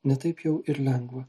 ne taip jau ir lengva